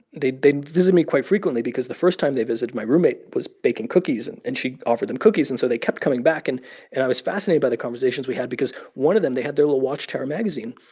they'd they'd visit me quite frequently because the first time they visited, my roommate was baking cookies, and and she offered them cookies, and so they kept coming back. and and i was fascinated by the conversations we had because one of them they had their little watchtower magazine,